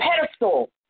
pedestal